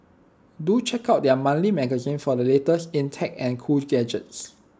do check out their monthly magazine for the latest in tech and cool gadgets